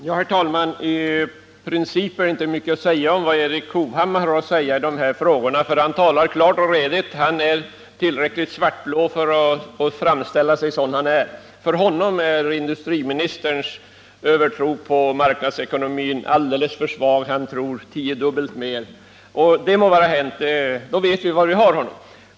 Herr talman! Principer i de här frågorna är det inte mycket att säga om i vad gäller Erik Hovhammar. Han talar klart och redigt, och han är tillräckligt svart-blå för att framställa sig sådan han är. För honom är industriministerns övertro på marknadsekonomin alldeles för svag. Han tror tiodubbelt mer, men det må vara hänt. Då vet vi var vi har honom.